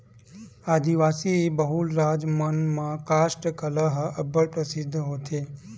आदिवासी बहुल राज मन म कास्ठ कला ह अब्बड़ परसिद्ध होथे